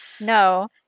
No